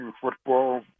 football